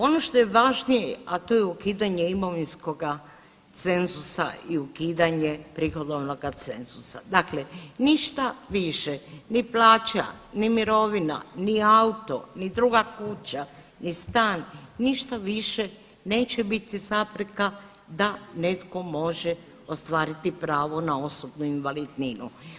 Ono što je važnije, a to je ukidanje imovinskoga cenzusa i ukidanje prihodovnoga cenzusa, dakle ništa više, ni plaća, ni mirovina, ni auto ni druga kuća i stan, ništa više neće biti zapreka da netko može ostvariti pravo na osobnu invalidninu.